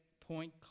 point